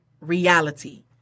reality